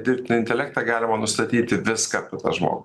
dirbtinį intelektą galima nustatyti viską apie tą žmogų